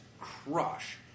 crush